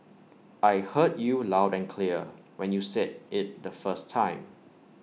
I heard you loud and clear when you said IT the first time